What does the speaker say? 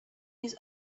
his